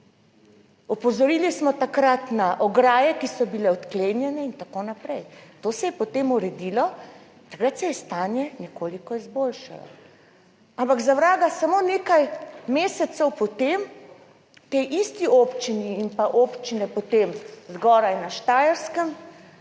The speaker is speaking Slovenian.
Opozorili smo takrat na ograje, ki so bile odklenjene in tako naprej. To se je potem uredilo, takrat se je stanje nekoliko izboljšalo, ampak za vraga samo nekaj mesecev po tem tej isti občini in pa občine potem zgoraj na Štajerskem,